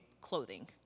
clothing